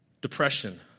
Depression